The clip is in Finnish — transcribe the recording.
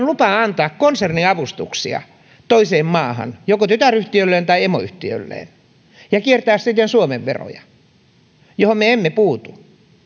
lupa antaa konserniavustuksia toiseen maahan joko tytäryhtiölleen tai emoyhtiölleen ja kiertää siten suomen veroja mihin me emme puutu